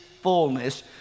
fullness